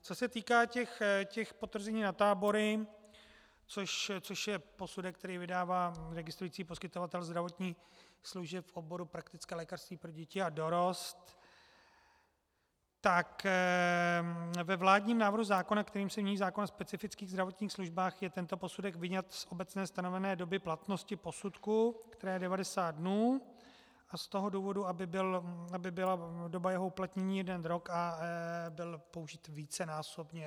Co se týká těch potvrzení na tábory, což je posudek, který vydává registrující poskytovatel zdravotních služeb v oboru praktické lékařství pro děti a dorost, tak ve vládním návrhu zákona, kterým se mění zákon o specifických zdravotních službách, je tento posudek vyňat z obecně stanovené doby platnosti posudku, která je 90 dnů, z toho důvodu, aby byla doba jeho uplatnění jeden rok a byl použit vícenásobně.